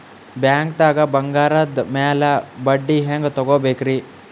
ಬ್ಯಾಂಕ್ದಾಗ ಬಂಗಾರದ್ ಮ್ಯಾಲ್ ಬಡ್ಡಿ ಹೆಂಗ್ ತಗೋಬೇಕ್ರಿ?